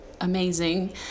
amazing